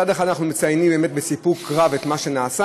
מצד אחד אנחנו מציינים בסיפוק רב את מה שנעשה,